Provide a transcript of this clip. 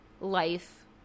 life